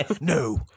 No